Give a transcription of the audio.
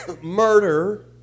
murder